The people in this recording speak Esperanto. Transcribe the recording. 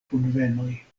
kunvenoj